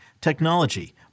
technology